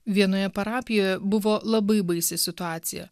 vienoje parapijoje buvo labai baisi situacija